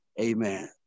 Amen